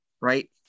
Right